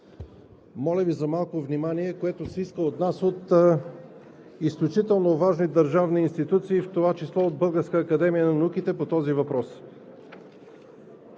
Моля Ви за малко внимание, което се иска от нас от изключително важни държавни институции, в това число от Българската академия на науките по този въпрос.